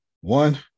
one